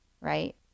Right